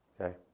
okay